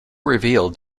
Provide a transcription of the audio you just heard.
revealed